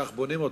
כך בונים אותם: